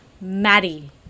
Maddie